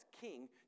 king